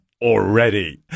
already